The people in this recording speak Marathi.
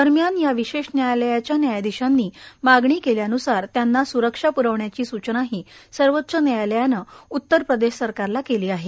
दरम्यान या विशेष न्यायालयाच्या न्यायाधीशांनी मागणी केल्यानुसार त्यांना स्रक्षा प्रवण्याची सूचनाही सर्वोच्च न्यायालयानं उत्तर प्रदेश सरकारला केली आहे